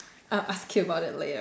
I'll ask you about it later